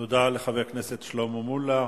תודה לחבר הכנסת שלמה מולה.